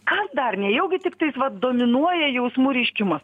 kas dar nejaugi tiktais vat dominuoja jausmų reiškimas